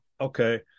okay